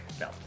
No